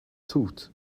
tooth